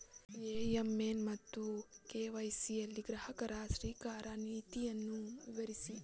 AML ಮತ್ತು KYC ಯಲ್ಲಿ ಗ್ರಾಹಕ ಸ್ವೀಕಾರ ನೀತಿಯನ್ನು ವಿವರಿಸಿ?